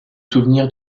souvenirs